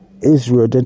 Israel